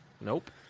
Nope